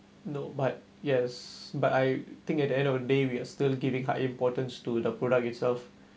no but yes but I think at the end of the day we are still giving how importance to the product itself